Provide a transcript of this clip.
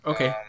Okay